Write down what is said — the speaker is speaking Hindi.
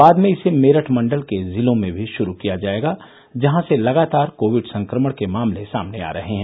बाद में इसे मेरठ मंडल के जिलों में भी शुरू किया जायेगा जहां से लगातार कोविड संक्रमण के मामले सामने आ रहे हैं